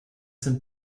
sind